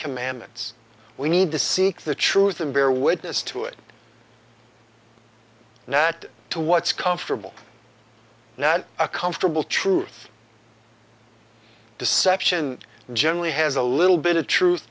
commandments we need to seek the truth and bear witness to it now to what's comfortable now a comfortable truth deception generally has a little bit of truth